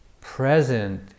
present